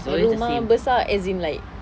rumah besar as in like